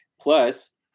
Plus